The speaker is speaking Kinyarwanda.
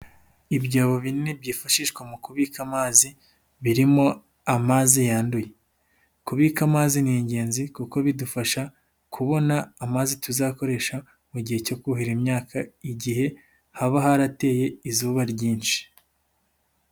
Ibyobo bine byifashishwa mu kubika amazi, birimo amazi yanduye, kubika amazi ni ingenzi kuko bidufasha kubona amazi tuzakoresha mu gihe cyo kuhira imyaka, igihe haba harateye izuba ryinshi.